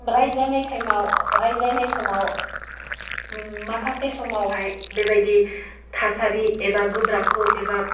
रायज्लायनाय टाइमाव रायज्लायनाय समाव माखासे समावहाय बेबायदि थासारि एबा गोब्राबखौ एबा